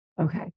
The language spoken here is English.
Okay